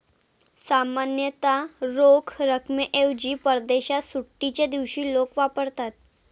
सामान्यतः रोख रकमेऐवजी परदेशात सुट्टीच्या दिवशी लोक वापरतात